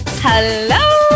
Hello